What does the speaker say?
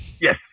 yes